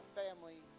family